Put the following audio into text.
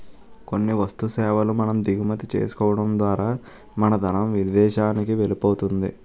కొన్ని వస్తు సేవల మనం దిగుమతి చేసుకోవడం ద్వారా మన ధనం విదేశానికి వెళ్ళిపోతుంది